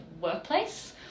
workplace